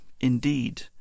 indeed